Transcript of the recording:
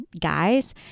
guys